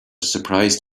surprise